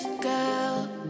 girl